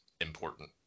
important